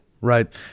Right